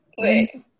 Wait